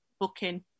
booking